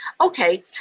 Okay